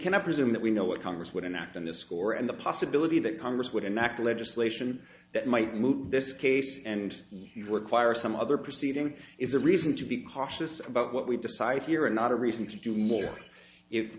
cannot presume that we know what congress would enact on this score and the possibility that congress would enact legislation that might move this case and require some other proceeding is a reason to be cautious about what we decide here and not a reason to do more